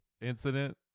incident